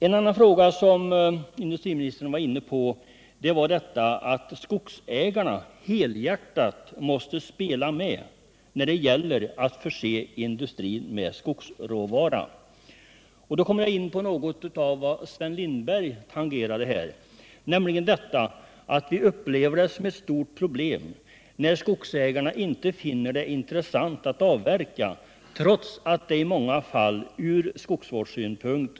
En annan fråga som industriministern var inne på var att skogsägarna helhjärtat måste hjälpa till att förse industrin med skogsråvara. Då kommer jagin på något som Sven Lindberg tangerade här, nämligen att vi upplever det som ett stort problem när skogsägarna inte finner det intressant att avverka sin skog trots att detta i många fall vore motiverat ur skogsvårdssynpunkt.